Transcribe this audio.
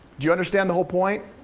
do you understand the whole point?